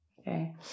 Okay